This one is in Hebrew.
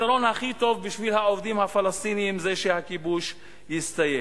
הפתרון הכי טוב בשביל העובדים הפלסטינים זה שהכיבוש יסתיים.